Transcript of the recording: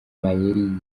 mayeri